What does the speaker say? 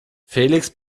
felix